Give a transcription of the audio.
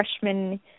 freshman